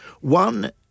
One